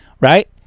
right